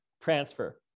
transfer